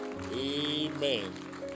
Amen